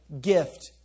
gift